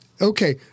Okay